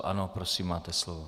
Ano, prosím, máte slovo.